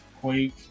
Quake